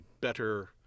better